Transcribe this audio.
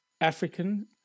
African